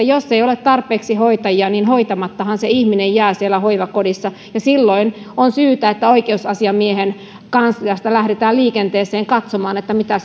jos ei ole tarpeeksi hoitajia niin hoitamattahan se ihminen jää siellä hoivakodissa ja silloin on syytä että oikeusasiamiehen kansliasta lähdetään liikenteeseen katsomaan mitä